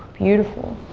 beautiful.